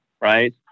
right